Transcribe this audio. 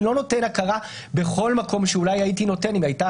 אני לא נותן הכרה בכל מקום שאולי הייתי נותן אם הייתה